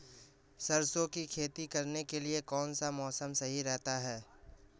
सरसों की खेती करने के लिए कौनसा मौसम सही रहता है?